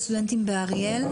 יושב-ראש אגודת הסטודנטים באריאל,